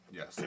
Yes